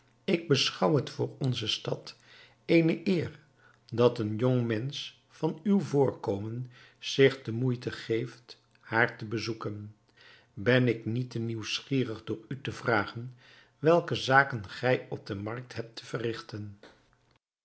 ik beschouw het voor onze stad eene eer dat een jongmensch van uw voorkomen zich de moeite geeft haar te bezoeken ben ik niet te nieuwsgierig door u te vragen welke zaken gij op de markt hebt te verrigten